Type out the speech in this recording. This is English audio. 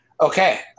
okay